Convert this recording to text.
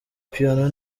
piano